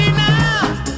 now